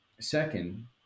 Second